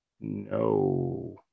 No